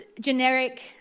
generic